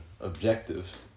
objective